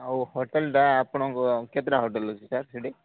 ହୋଟେଲଟା ଆପଣଙ୍କ କେତେ ଟଙ୍କା ନେଉଛି ସାର୍ ସେଠି